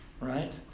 right